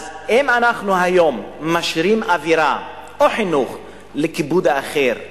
אז אם אנחנו היום משרים אווירה או חינוך לכיבוד האחר,